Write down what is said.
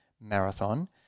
marathon